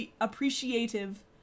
appreciative